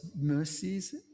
mercies